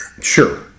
Sure